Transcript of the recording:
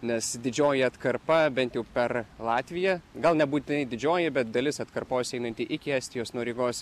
nes didžioji atkarpa bent jau per latviją gal nebūtinai didžioji dalis atkarpos einanti iki estijos nuo rygos